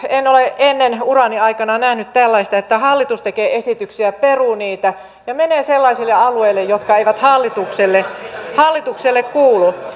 en ole ennen urani aikana nähnyt tällaista että hallitus tekee esityksiä peruu niitä ja menee sellaisille alueille jotka eivät hallitukselle kuulu